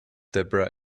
debra